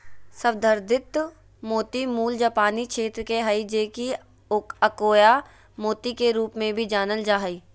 संवर्धित मोती मूल जापानी क्षेत्र के हइ जे कि अकोया मोती के रूप में भी जानल जा हइ